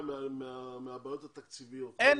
- אם משרד הקליטה יגיש תקציב ל-8,000